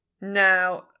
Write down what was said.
Now